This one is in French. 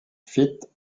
fit